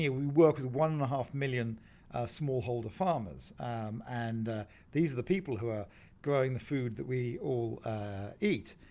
yeah we work with one and a half million small holder farmers and these are the people who are growing the food that we all eat,